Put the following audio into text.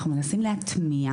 אנחנו מנסים להטמיע.